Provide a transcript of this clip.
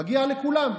מגיע לכולם.